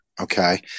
okay